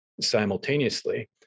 simultaneously